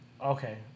Okay